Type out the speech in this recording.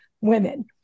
women